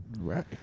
right